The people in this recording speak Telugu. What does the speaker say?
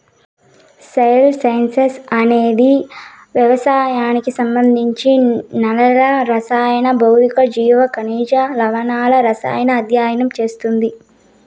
సాయిల్ సైన్స్ అనేది వ్యవసాయానికి సంబంధించి నేలల రసాయన, భౌతిక, జీవ, ఖనిజ, లవణాల సారాన్ని అధ్యయనం చేస్తుంది